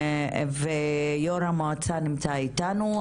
ויו"ר המועצה נמצא אתנו,